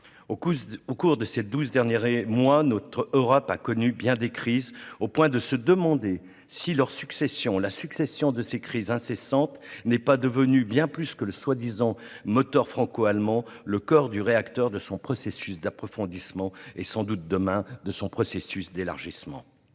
Au cours de ces douze dernières années, notre Europe a connu bien des crises, au point de se demander si leur succession, désormais incessante, n'est pas devenue, bien plus que le présumé moteur franco-allemand, le coeur du réacteur de son processus d'approfondissement et sans doute, demain, de son processus d'élargissement.